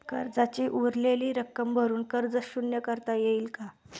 कर्जाची उरलेली रक्कम भरून कर्ज शून्य करता येईल का?